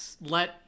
let